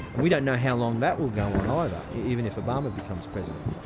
and we don't know how long that will go on either, even if obama becomes president.